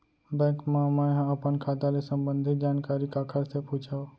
Bank मा मैं ह अपन खाता ले संबंधित जानकारी काखर से पूछव?